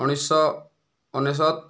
ଉଣେଇଶହ ଅନେଶତ